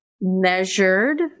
measured